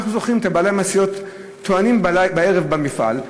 אנחנו זוכרים שבעלי המשאיות היו טוענים בערב במפעל,